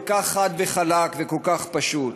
כל כך חד וחלק וכל כך פשוט.